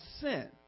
sin